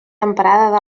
emprada